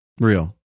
Real